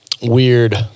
Weird